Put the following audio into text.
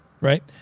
right